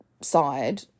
side